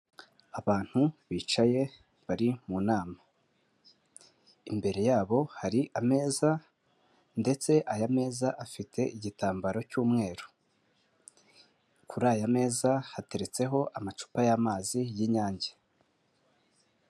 Abantu bicaye bari mu nama imbere yabo hari ameza ndetse aya meza afite igitambaro cy'umweru, kuri aya meza hateretseho amacupa y'amazi y'inyange.